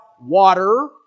water